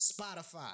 Spotify